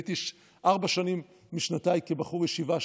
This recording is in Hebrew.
ביליתי ארבע שנים משנותיי כבחור ישיבה,